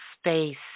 space